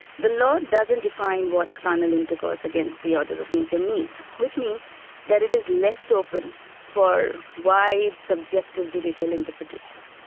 the law doesn't define what carnal intercourse against the order of nature means, which means that it is left open for wide subjective judicial interpretation.